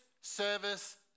service